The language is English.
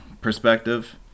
perspective